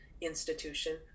institution